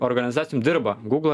organizacijom dirba gūgla